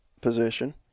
position